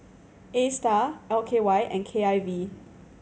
Astar L K Y and K I V